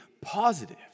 positive